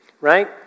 right